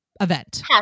event